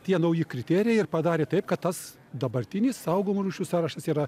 tie nauji kriterijai ir padarė taip kad tas dabartinis saugomų rūšių sąrašas yra